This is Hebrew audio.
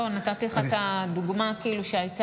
לא, נתתי לך את הדוגמה שהייתה.